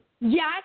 Yes